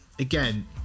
Again